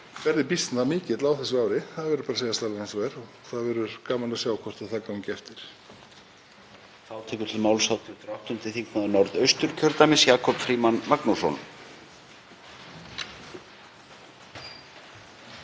verði býsna mikill á þessu ári. Það verður bara að segjast alveg eins og er. Það verður gaman að sjá hvort það gengur eftir.